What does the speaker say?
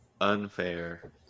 unfair